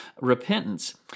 repentance